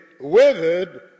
withered